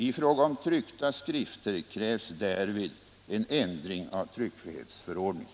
I fråga om tryckta skrifter krävs därvid en ändring av tryckfrihetsförordningen.